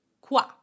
qua